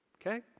Okay